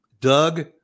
Doug